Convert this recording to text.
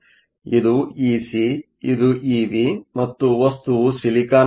ಇದು ಇಸಿ ಇದು ಇವಿ ಮತ್ತು ವಸ್ತುವು ಸಿಲಿಕಾನ್ ಆಗಿದೆ